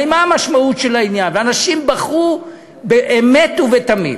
הרי מה המשמעות של העניין, אנשים בכו באמת ובתמים,